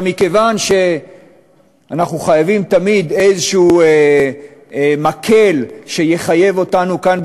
מכיוון שאנחנו חייבים תמיד איזה מקל שיחייב אותנו כאן,